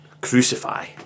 crucify